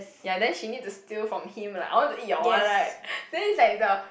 ya then she need to steal from him like I want to eat your one right then is like the